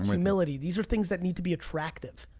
um humility. these are things that need to be attractive.